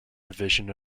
division